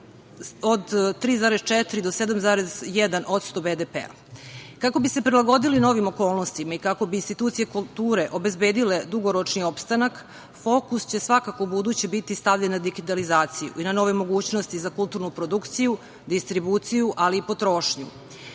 od 3,4% do 7,1% BDP.Kako bi se prilagodili novim okolnostima i kako bi institucije kulture obezbedile dugoročni opstanak, fokus će svakako ubuduće biti stavljen na digitalizaciju i na nove mogućnosti za kulturnu produkciju, distribuciju, ali i potrošnju.